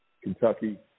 kentucky